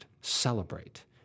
celebrate